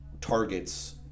targets